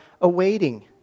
awaiting